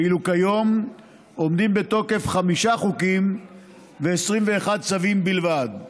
ואילו כיום עומדים בתוקף חמישה חוקים ו־21 צווים בלבד.